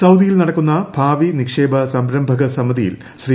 സൌദിയിൽ നടക്കുന്ന ഭാവി നിക്ഷേപ സംരംഭക സമിതിയിൽ ശ്രീ